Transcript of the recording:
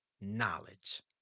knowledge